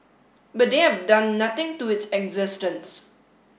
but they have done nothing to its existence